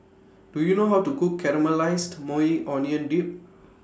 Do YOU know How to Cook Caramelized Maui Onion Dip